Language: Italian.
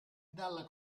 dalla